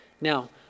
Now